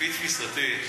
לפי תפיסתי,